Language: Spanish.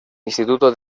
instituto